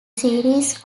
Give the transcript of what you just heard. series